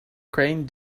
crane